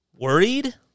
Worried